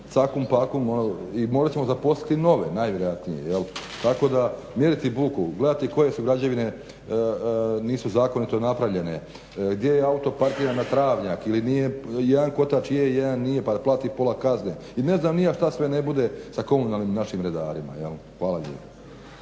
cakum-pakum i morat ćemo zaposliti nove najvjerojatnije. Tako da mjeriti buku, gledati koje građevine nisu zakonito napravljene, gdje je auto parkiran na travnjak ili nije, jedan kotač je, jedan nije pa da plati pola kazne i ne znam ni ja šta sve ne bude sa komunalnim našim redarima. Hvala lijepo.